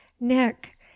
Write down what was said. nick